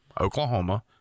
Oklahoma